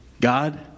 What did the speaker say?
God